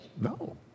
No